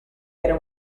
era